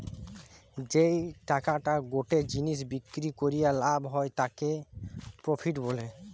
যেই টাকাটা গটে জিনিস বিক্রি করিয়া লাভ হয় তাকে প্রফিট বলে